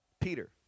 Peter